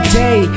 day